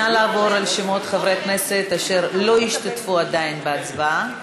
נא לעבור על שמות חברי הכנסת שלא השתתפו עדיין בהצבעה.